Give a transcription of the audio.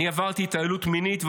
אני עברתי התעללות מינית,